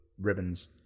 Ribbons